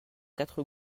quatre